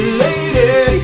lady